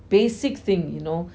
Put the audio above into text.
basic thing you know